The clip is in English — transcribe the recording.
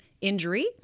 Injury